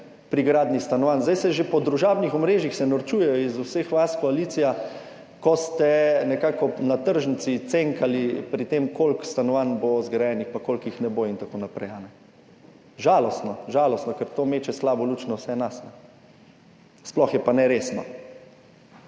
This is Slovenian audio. pri gradnji stanovanj. Zdaj se že po družabnih omrežjih norčujejo iz vseh vas, koalicija, ko ste nekako kot na tržnici cenkali pri tem, koliko stanovanj bo zgrajenih pa koliko jih ne bo in tako naprej. Žalostno. Žalostno, ker to meče slabo luč na vse nas, sploh je pa neresno.